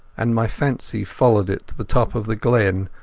and my fancy followed it to the top of the glen,